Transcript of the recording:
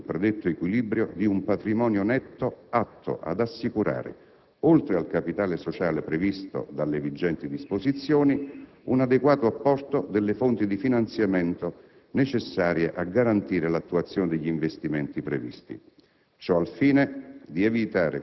sino al raggiungimento del predetto equilibrio, di un patrimonio netto atto ad assicurare, oltre al capitale sociale previsto dalle vigenti disposizioni, un adeguato apporto delle fonti di finanziamento necessarie a garantire l'attuazione degli investimenti previsti.